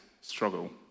struggle